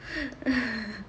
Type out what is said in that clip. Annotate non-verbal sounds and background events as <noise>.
<laughs>